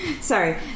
Sorry